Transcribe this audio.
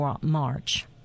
march